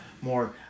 more